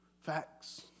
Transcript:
facts